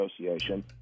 association